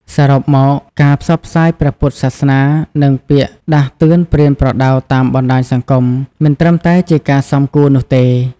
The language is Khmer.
សរុបមក ការផ្សព្វផ្សាយព្រះពុទ្ធសាសនា និងពាក្យដាស់តឿនប្រៀនប្រដៅតាមបណ្តាញសង្គមមិនត្រឹមតែជាការសមគួរនោះទេ។